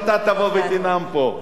אם אתה תבוא ותנאם פה.